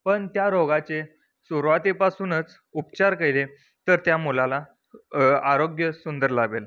पण त्या रोगाचे सुरवातीपासूनच उपचार केले तर त्या मुलाला आरोग्य सुंदर लाभेल